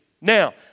Now